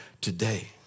today